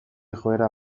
joera